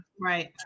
right